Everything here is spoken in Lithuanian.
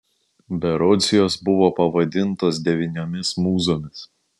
berods jos buvo pavadintos devyniomis mūzomis